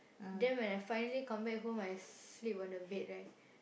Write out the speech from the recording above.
then when I finally come back home I sleep on the bed right